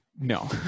No